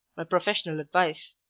my professional advice.